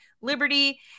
Liberty